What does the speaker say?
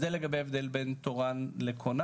אז זה לגבי ההבדל בין תורן לכונן.